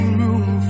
room